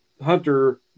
Hunter